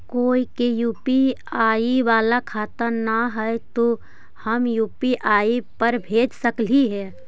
कोय के यु.पी.आई बाला खाता न है तो हम यु.पी.आई पर भेज सक ही?